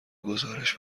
گزارش